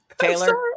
Taylor